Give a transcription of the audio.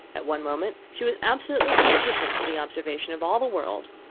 at one moment she was absolutely indifferent to the observation of all the world,